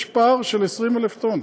יש פער של 20,000 טונות